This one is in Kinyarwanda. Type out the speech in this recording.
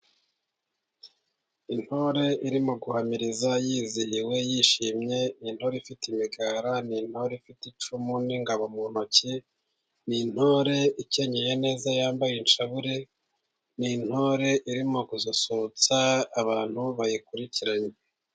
Intore iri mu guhamiriza yizihiwe yishimye. Intore ifite imigara, ni intore ifite icumu n'ingabo mu ntoki, ni intore ikenyeye neza yambaye ishabure, ni intore irimo kususurutsa abantu bayikurikiranye.